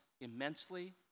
immensely